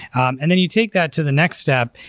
um and then you take that to the next step,